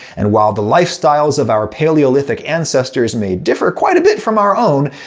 and while the lifestyles of our paleolithic ancestors may differ quite a bit from our own,